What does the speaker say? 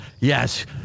Yes